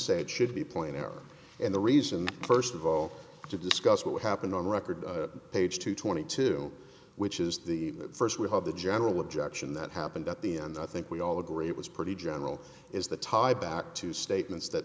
say it should be pointed out and the reason first of all to discuss what happened on the record page two twenty two which is the first we have the general objection that happened at the end i think we all agree it was pretty general is the tie back to statements that